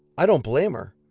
i don't blame her.